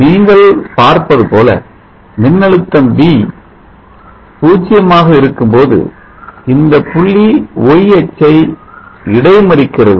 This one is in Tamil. நீங்கள் பார்ப்பது போல மின்னழுத்தம் V 0 ஆக இருக்கும்போது இந்த புள்ளி Y அச்சை இடைமறிக்கிறது